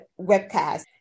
webcast